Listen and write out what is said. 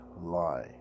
lie